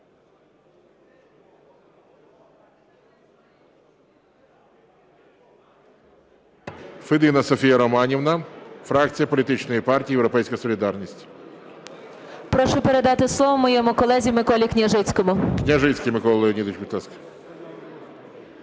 Прошу передати слово моєму колезі Миколі Княжицькому.